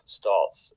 starts